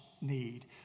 need